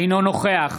אינו נוכח